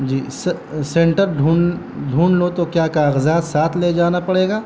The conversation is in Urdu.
جی سینٹر ڈھونڈ ڈھونڈ لوں تو کیا کاغذات ساتھ لے جانا پڑے گا